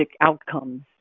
outcomes